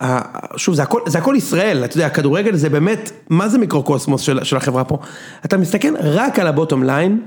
שוב, זה הכל זה הכל ישראל, אתה יודע, הכדורגל זה באמת, מה זה מיקרו-קוסמוס של החברה פה.אתה מסתכל רק על ה-bottom line.